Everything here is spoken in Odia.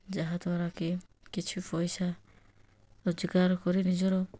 ଯାହା ଦ୍ୱାରାକି କିଛି ପଇସା ରୋଜଗାର କରି ନିଜର